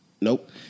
Nope